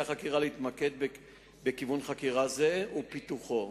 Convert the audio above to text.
החקירה להתמקד בכיוון חקירה זה ובפיתוחו.